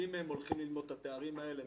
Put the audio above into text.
הולכים ללמוד את התארים האלה.